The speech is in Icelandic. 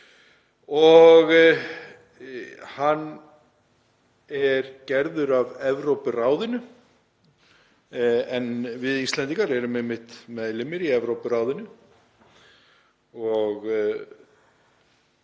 Hann er gerður af Evrópuráðinu en við Íslendingar erum einmitt meðlimir í Evrópuráðinu. Ég